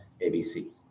ABC